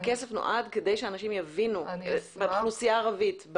הכסף נועד כדי שהאנשים יבינו באוכלוסייה הערבית,